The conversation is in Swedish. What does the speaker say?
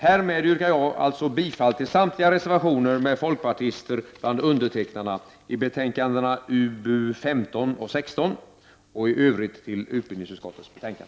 Härmed yrkar jag alltså bifall till samtliga reservationer med folkpartister bland undertecknarna i betänkandena UbU15 och 16 samt i övrigt till utbildningsutskottets hemställan.